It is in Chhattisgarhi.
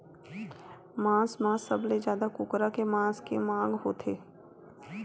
मांस म सबले जादा कुकरा के मांस के मांग होथे